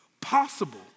possible